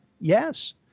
Yes